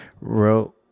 wrote